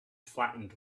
flattened